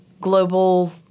global